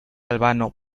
albano